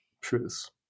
truths